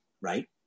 right